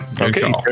Okay